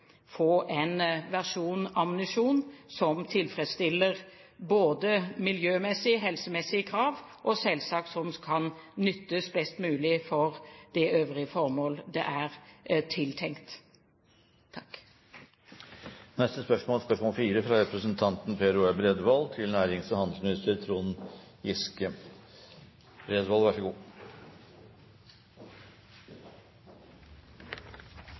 få en versjon av ammunisjon som tilfredsstiller både miljømessige og helsemessige krav, og som selvsagt kan nyttes best mulig for det øvrige formål det er tiltenkt. Jeg ønsker å stille følgende spørsmål